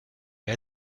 est